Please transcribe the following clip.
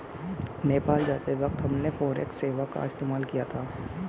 नेपाल जाते वक्त हमने फॉरेक्स सेवा का इस्तेमाल किया था